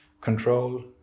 control